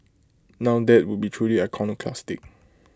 now that would be truly iconoclastic